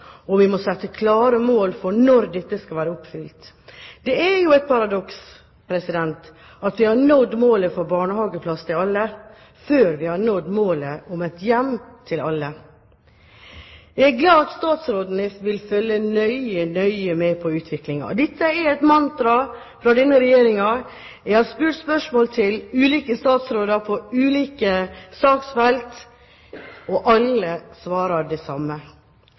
og vi må sette klare mål for når dette skal være oppfylt. Det er jo et paradoks at vi har nådd målet om barnehageplass til alle før vi har nådd målet om et hjem til alle. Jeg er glad for at statsråden vil følge nøye, nøye med på utviklingen. Dette er et mantra fra denne regjeringen. Jeg har stilt spørsmål til ulike statsråder på ulike saksfelt, og alle svarer det samme.